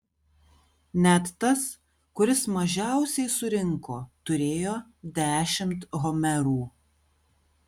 net tas kuris mažiausiai surinko turėjo dešimt homerų